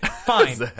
fine